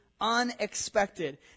unexpected